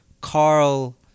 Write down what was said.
Carl